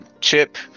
chip